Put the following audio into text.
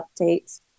updates